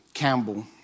Campbell